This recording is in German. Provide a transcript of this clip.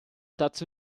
dazu